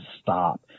stop